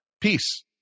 Peace